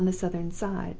on the southern side.